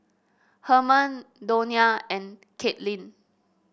Herman Donia and Kaitlin